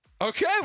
Okay